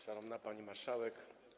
Szanowna Pani Marszałek!